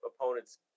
opponent's